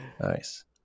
Nice